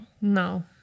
No